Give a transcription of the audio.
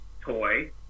toy